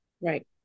right